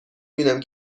بینم